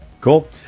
Cool